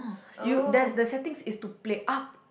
um you there's the settings is to play up